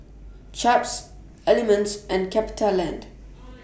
Chaps Element and CapitaLand